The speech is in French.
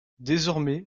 désormais